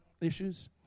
issues